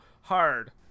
hard